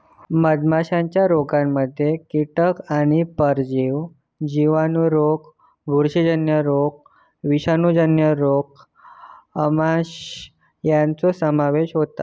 मधमाशीच्या रोगांमध्ये कीटक आणि परजीवी जिवाणू रोग बुरशीजन्य रोग विषाणूजन्य रोग आमांश यांचो समावेश असता